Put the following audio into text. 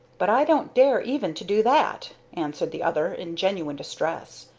but i don't dare even to do that, answered the other, in genuine distress.